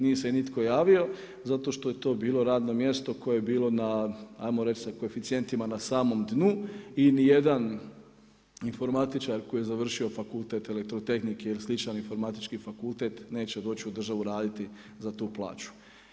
Nije se nitko javio, zato što je to bilo radno mjesto, koje je bilo na ajmo reći sa koeficijentima na samom dnu i ni jedan informatičar koji je završio fakultet elektrotehnike ili sličan informatički fakultet neće doći raditi za tu plaću.